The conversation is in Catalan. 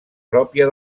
pròpia